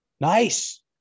Nice